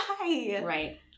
Right